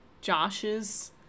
Josh's